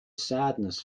sadness